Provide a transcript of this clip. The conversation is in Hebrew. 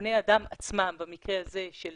-- בני אדם עצמם במקרה הזה של